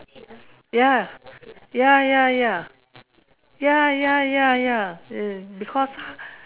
ya ya ya ya ya ya ya ya as in because